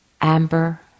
amber